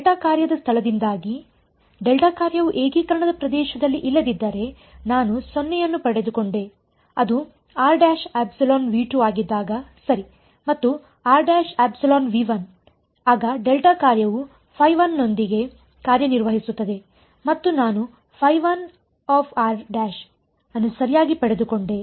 delta ಕಾರ್ಯದ ಸ್ಥಳದಿಂದಾಗಿ delta ಕಾರ್ಯವು ಏಕೀಕರಣದ ಪ್ರದೇಶದಲ್ಲಿ ಇಲ್ಲದಿದ್ದರೆ ನಾನು 0 ಅನ್ನು ಪಡೆದುಕೊಂಡೆ ಅದು ಆಗಿದ್ದಾಗ ಸರಿ ಮತ್ತು ಆಗ ಡೆಲ್ಟಾ ಕಾರ್ಯವು ನೊಂದಿಗೆ ಕಾರ್ಯನಿರ್ವಹಿಸುತ್ತದೆ ಮತ್ತು ನಾನು ಅನ್ನು ಸರಿಯಾಗಿ ಪಡೆದುಕೊಂಡೆ